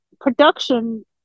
production